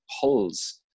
pulls